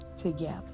together